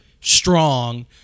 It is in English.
strong